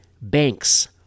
banks